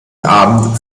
abend